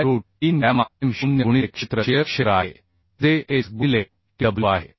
bye root 3 gamma m0 गुणिले क्षेत्र shear क्षेत्र आहे जे h गुणिले tw आहे